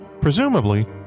presumably